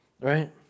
right